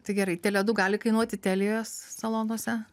tai gerai tele du gali kainuoti telijos salonuose